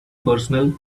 personal